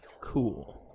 cool